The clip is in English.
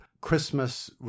christmas